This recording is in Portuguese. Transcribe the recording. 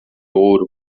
ouro